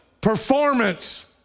Performance